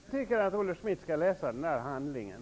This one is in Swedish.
Herr talman! Jag tycker att Olle Schmidt skall läsa denna handling.